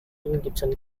gibson